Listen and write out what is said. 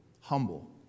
Humble